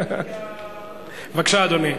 בבקשה, אדוני.